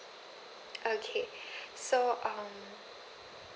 okay so um